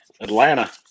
Atlanta